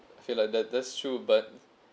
feel like that that's true but